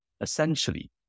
Essentially